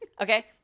Okay